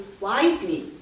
wisely